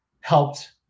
helped